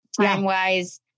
time-wise